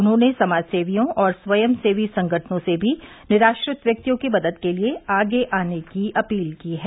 उन्होंने समाजसेवियों और स्वयंसेवी संगठनों से भी निराश्रित व्यक्तियों की मदद के लिए आगे आने की अपील की है